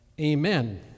amen